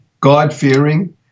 God-fearing